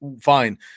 fine